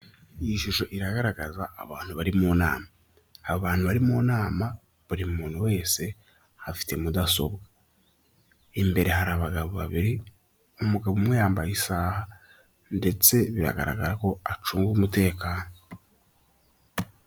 Iyi shusho iragaragaza abantu bari mu nama, abantu bari mu nama buri muntu wese afite mudasobwa. Imbere hari abagabo babiri umugabo umwe yambaye isaha ndetse biragaragara ko acunga umutekano.